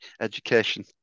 education